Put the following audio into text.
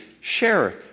share